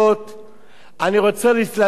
אני רוצה להזכיר להם את הפסוק,